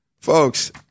folks